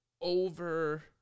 over